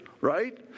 right